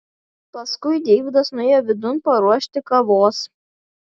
paskui deividas nuėjo vidun paruošti kavos